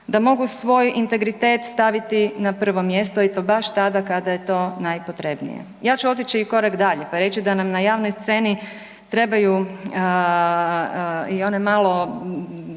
da mogu svoj integritet staviti na prvo mjesto i to baš tada kada je to najpotrebnije. Ja ću otići i korak dalje, pa reći da nam na javnoj sceni trebaju i one malo